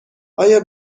آیا